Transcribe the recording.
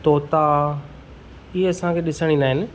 तोता इहे असां खे ॾिसण ईंदा आहिनि